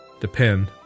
depend